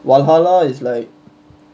valhalla is like